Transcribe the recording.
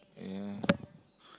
yeah